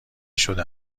شده